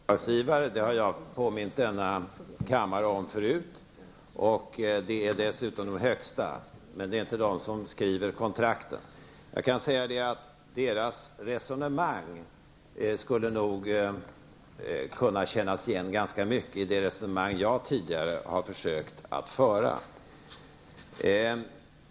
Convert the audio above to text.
Herr talman! Att väljarna är våra uppdragsgivare har jag påmint denna kammare om förut. Väljarna är de främsta uppdragsgivarna, men det är inte de som skriver kontrakten. Deras resonemang skulle nog kunna kännas igen ganska mycket i det resonemang jag tidigare har försökt föra.